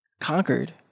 conquered